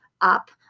up